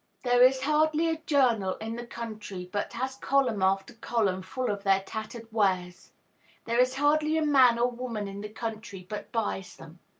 there is hardly a journal in the country but has column after column full of their tattered wares there is hardly a man or woman in the country but buys them.